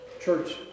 church